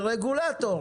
זה רגולטור.